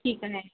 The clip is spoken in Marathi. ठीक आहे